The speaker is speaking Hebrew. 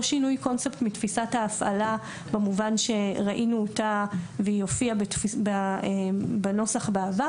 שינוי קונספט מתפיסת ההפעלה במובן שראינו אותה והיא הופיעה בנוסח בעבר.